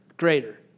greater